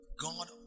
God